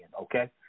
okay